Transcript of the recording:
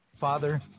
Father